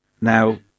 Now